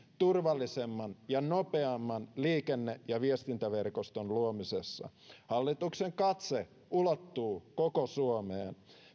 turvallisemman ja nopeamman liikenne ja viestintäverkoston luomisessa hallituksen katse ulottuu koko suomeen